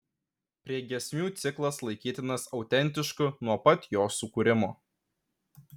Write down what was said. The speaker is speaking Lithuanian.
priegiesmių ciklas laikytinas autentišku nuo pat jo sukūrimo